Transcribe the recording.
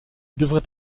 devrait